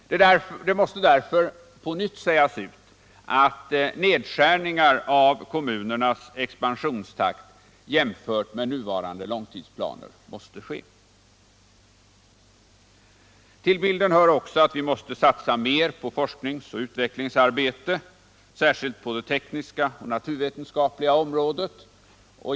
Det måste därför på nytt sägas ut att nedskärningar av kommunernas expansionstakt jämfört med nuvarande långtidsplaner måste ske. Till bilden hör också att vi måste satsa mer på forsknings och utvecklingsarbete, särskilt på det tekniska och naturvetenskapliga området.